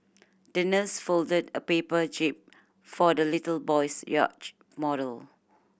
the nurse folded a paper jib for the little boy's yacht model